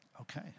Okay